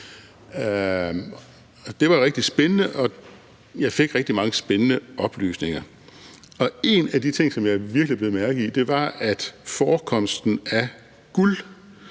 Det var rigtig spændende, og jeg fik rigtig mange spændende oplysninger. En af de ting, som jeg virkelig bed mærke i, var, at forekomsten af guld